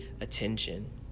attention